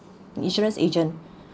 insurance agent